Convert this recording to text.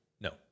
no